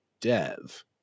dev